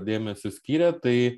dėmesio skyrė tai